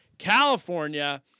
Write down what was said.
California